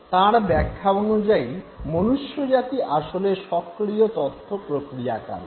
তাঁর ব্যাখ্যা অনুযায়ী মনুষ্যজাতি আসলে সক্রিয় তথ্য প্রক্রিয়াকারী